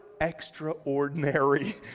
extraordinary